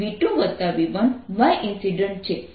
અને આ 525×5 mm જે 1 mm થશે